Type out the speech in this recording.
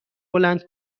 بلند